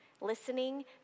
Listening